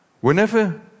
Whenever